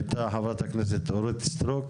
אתה יכול לענות על השאלה שהעלתה חברת הכנסת אורית סטרוק?